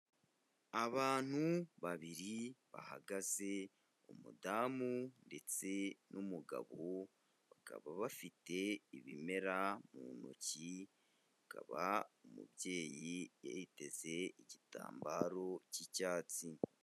Abantu babiri bahagaze, umudamu ndetse n'umugabo, bakaba bafite ibimera mu ntoki, akaba umubyeyi yiteze igitambaro k'icyatsi.